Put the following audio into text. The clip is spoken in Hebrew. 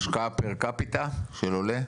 להשקעה "פר קפיטה" (לכל איש ואיש) של עולה?